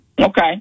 Okay